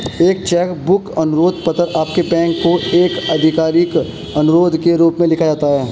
एक cheque book अनुरोध पत्र आपके बैंक को एक आधिकारिक अनुरोध के रूप में लिखा जाता है